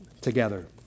together